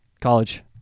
College